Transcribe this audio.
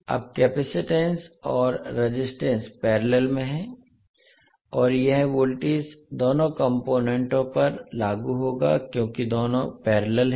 अब केपेसिटंस और resistance parallel में हैं और यह वोल्टेज दोनों कॉम्पोनेन्टों पर लागू होगा क्योंकि दोनों पैरेलल हैं